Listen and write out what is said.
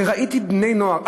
וראיתי בני-נוער,